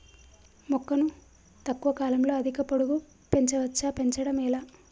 మొక్కను తక్కువ కాలంలో అధిక పొడుగు పెంచవచ్చా పెంచడం ఎలా?